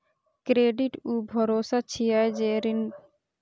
credit ऊ भरोसा छियै, जे ऋणदाता कें उधारकर्ता कें ऋण देबय लेल प्रेरित करै छै